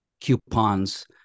coupons